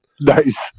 Nice